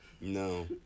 No